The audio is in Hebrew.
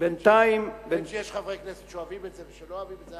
בין שיש חברי כנסת שאוהבים את זה ושלא אוהבים את זה,